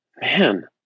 man